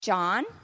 John